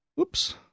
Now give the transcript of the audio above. Oops